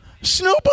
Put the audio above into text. Snoop